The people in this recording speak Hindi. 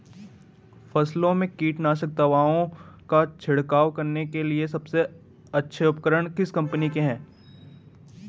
फसलों में कीटनाशक दवाओं का छिड़काव करने के लिए सबसे अच्छे उपकरण किस कंपनी के हैं?